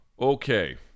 Okay